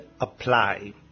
apply